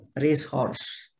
racehorse